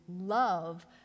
love